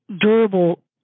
durable